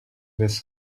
this